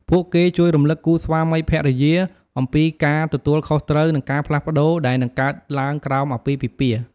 ពួកគេជួយរំលឹកគូស្វាមីភរិយាអំពីការទទួលខុសត្រូវ និងការផ្លាស់ប្តូរដែលនឹងកើតឡើងក្រោមអាពាហ៍ពិពាហ៍។